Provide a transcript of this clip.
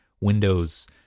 Windows